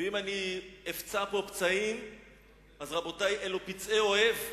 אם אפצע כאן פצעים, רבותי, אלה פצעי אוהב.